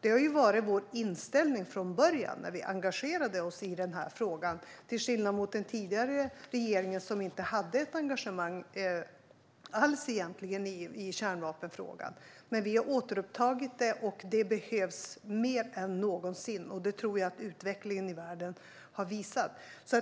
Det har varit vår inställning från början när vi engagerade oss i frågan, till skillnad från den tidigare regeringen, som inte hade ett engagemang alls i kärnvapenfrågan. Vi har återupptagit engagemanget, och det behövs mer än någonsin. Det har utvecklingen i världen visat.